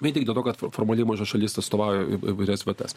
ne tik dėl to kad fo formaliai maža šalis atstovauja įvairias vietas